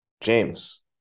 james